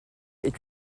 est